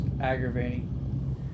aggravating